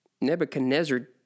Nebuchadnezzar